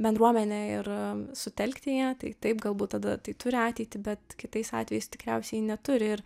bendruomenę ir sutelkti ją tai taip galbūt tada tai turi ateitį bet kitais atvejais tikriausiai neturi